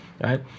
right